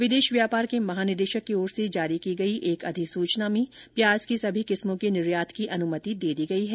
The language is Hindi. विदेश व्यापार के महानिदेशक की ओर से जारी एक अधिसूचना में प्याज की सभी किस्मों के निर्यात की अनुमति दे दी गई है